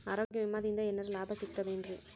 ಆರೋಗ್ಯ ವಿಮಾದಿಂದ ಏನರ್ ಲಾಭ ಸಿಗತದೇನ್ರಿ?